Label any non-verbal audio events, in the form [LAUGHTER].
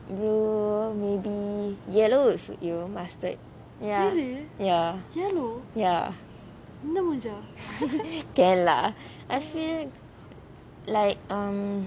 blue maybe yellow will suit you mustard ya ya ya [LAUGHS] can lah I feel like um